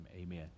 amen